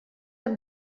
amb